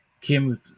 kim